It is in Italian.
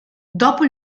dopo